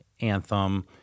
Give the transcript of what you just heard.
Anthem